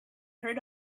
heard